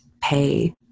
pay